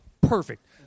Perfect